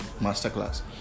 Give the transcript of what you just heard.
masterclass